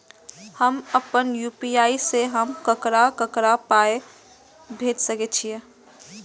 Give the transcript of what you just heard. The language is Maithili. हम आपन यू.पी.आई से हम ककरा ककरा पाय भेज सकै छीयै?